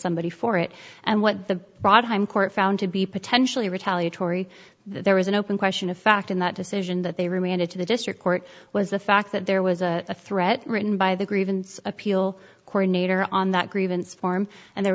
somebody for it and what the brought home court found to be potentially retaliatory there was an open question of fact in that decision that they remanded to the district court was the fact that there was a threat written by the grievance appeal court nater on that grievance form and there